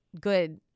good